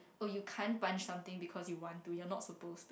oh you can't punch something because you want to you're not suppose